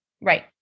Right